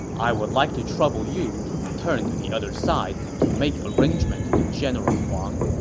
i would like to trouble you to return to the other side to make arrangements with general huang.